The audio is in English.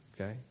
Okay